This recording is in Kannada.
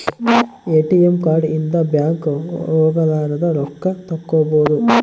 ಎ.ಟಿ.ಎಂ ಕಾರ್ಡ್ ಇಂದ ಬ್ಯಾಂಕ್ ಹೋಗಲಾರದ ರೊಕ್ಕ ತಕ್ಕ್ಕೊಬೊದು